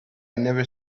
never